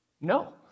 No